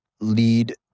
lead